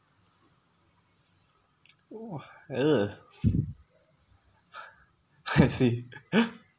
oo ugh I see